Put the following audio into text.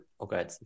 okay